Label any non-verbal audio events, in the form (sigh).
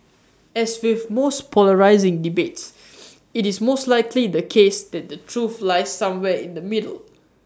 as with most polarising debates (noise) IT is most likely the case that the truth lies somewhere in the middle